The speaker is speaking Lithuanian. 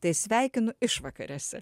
tai sveikinu išvakarėse